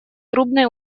трубной